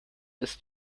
ist